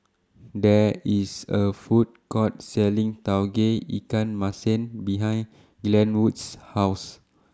There IS A Food Court Selling Tauge Ikan Masin behind Glenwood's House